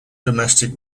domestic